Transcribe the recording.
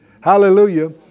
Hallelujah